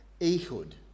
Ehud